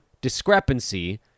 discrepancy